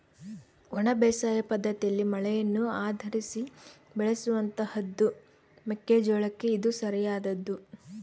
ಒಣ ಬೇಸಾಯ ಪದ್ದತಿಯಲ್ಲಿ ಮಳೆಯನ್ನು ಆಧರಿಸಿ ಬೆಳೆಯುವಂತಹದ್ದು ಮೆಕ್ಕೆ ಜೋಳಕ್ಕೆ ಇದು ಸರಿಯಾದದ್ದು